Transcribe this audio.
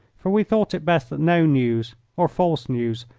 for we thought it best that no news, or false news,